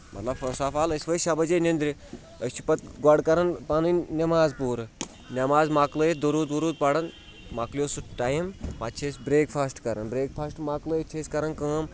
مطلب first of all أسۍ ؤتھۍ شےٚ بَجے نیٚنٛدرِ أسۍ چھِ پَتہٕ گۄڈٕ کَران پَنٕنۍ نٮ۪ماز پوٗرٕ نٮ۪ماز مَکلٲیِتھ درٛوٗد وُروٗد پَران مۄکلیو سُہ ٹایِم پَتہٕ چھِ أسۍ برٛیک فاسٹ کَران برٛیک فاسٹ مَکلٲیِتھ چھِ أسۍ کَران کٲم